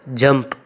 jump